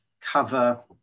cover